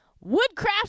Woodcraft